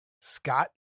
Scott